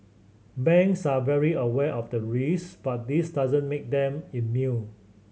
banks are very aware of the risks but this doesn't make them immune